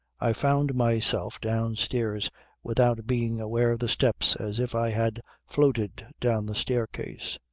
i found myself downstairs without being aware of the steps as if i had floated down the staircase.